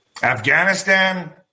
Afghanistan